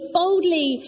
boldly